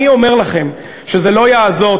אני אומר לכם שזה לא יעזור.